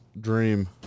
dream